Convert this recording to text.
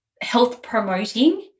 health-promoting